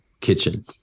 kitchen